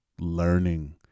learning